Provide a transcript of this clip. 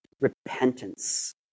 repentance